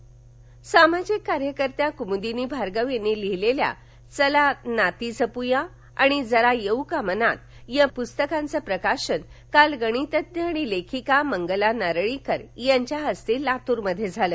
मंगला नारळीकर सामाजिक कार्यकर्त्या कुमूदिनी भार्गव यांनी लिहिलेल्या चला नाती जपू या आणि जरा येऊ का मनात या प्स्तकाच प्रकाशन काल गणितज्ञ आणि लेखिका मगला नारळीकर याच्या हस्ते लातूर मध्ये झाल